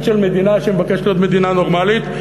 של מדינה שמבקשת להיות מדינה נורמלית.